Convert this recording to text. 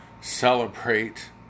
celebrate